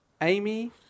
Amy